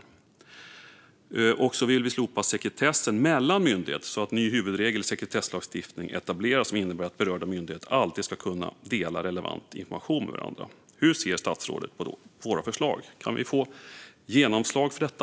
Moderaterna vill också slopa sekretessen mellan myndigheter så att en ny huvudregel i sekretesslagstiftning etableras som innebär att berörda myndigheter alltid ska kunna dela relevant information med varandra. Hur ser statsrådet på våra förslag? Kan vi få genomslag för detta?